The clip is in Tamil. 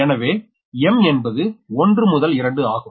எனவே m என்பது 1 முதல் 2 ஆகும்